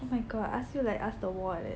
oh my god I ask you like ask the wall like that